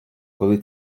коли